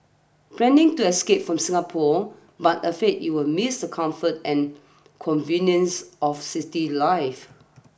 planning to escape from Singapore but afraid you will miss the comfort and conveniences of city life